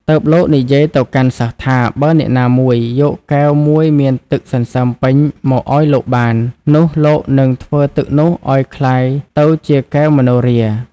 ទើបលោកនិយាយទៅកាន់សិស្សថា បើអ្នកណាមួយយកកែវមួយមានទឹកសន្សើមពេញមកឱ្យលោកបាន នោះលោកនឹងធ្វើទឹកនោះឱ្យក្លាយទៅជាកែវមនោហរា។